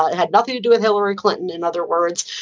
ah had nothing to do with hillary clinton, in other words.